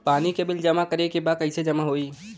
पानी के बिल जमा करे के बा कैसे जमा होई?